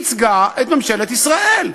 היא ייצגה את ממשלת ישראל.